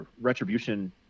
retribution